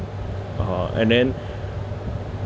uh and then